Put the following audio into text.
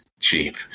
cheap